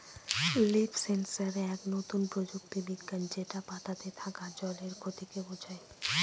leaf sensor এক নতুন প্রযুক্তি বিজ্ঞান যেটা পাতাতে থাকা জলের ক্ষতিকে বোঝায়